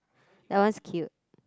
that one's cute